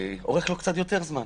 לוקח לו קצת יותר זמן.